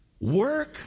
Work